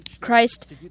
Christ